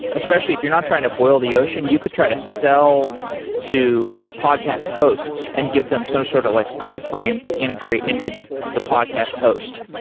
especially if you're not trying to boil the ocean, you could try to sell to podcast hosts and give them some sort of like iframe to integrate into the the podcast host.